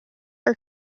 are